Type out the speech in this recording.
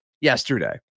yesterday